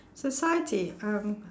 society um